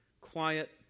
quiet